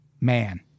man